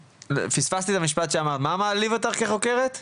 פספסתי את המשפט שאמרת, מה מעליב אותך כחוקרת?